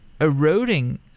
eroding